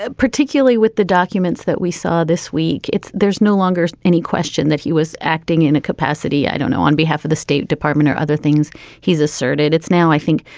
ah particularly with the documents that we saw this week, there's no longer any question that he was acting in a capacity, i don't know, on behalf of the state department or other things he's asserted. it's now, i think,